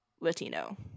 Latino